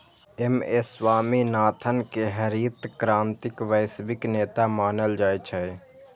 M S Swaminathan कें हरित क्रांतिक वैश्विक नेता मानल जाइ छै